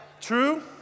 True